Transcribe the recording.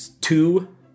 two